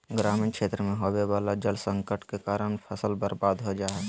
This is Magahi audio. ग्रामीण क्षेत्र मे होवे वला जल संकट के कारण फसल बर्बाद हो जा हय